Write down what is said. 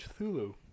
Cthulhu